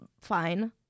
fine